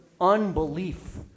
unbelief